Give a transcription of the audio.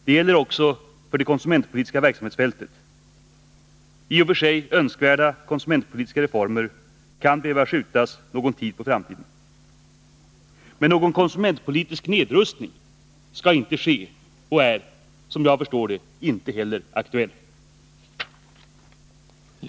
Det gäller också för det konsumentpolitiska verksamhetsfältet. I och för sig önskvärda konsumentpolitiska reformer kan behöva skjutas någon tid på framtiden, men någon konsumentpolitisk nedrustning skall inte ske och är, som jag förstår det, inte heller aktuell.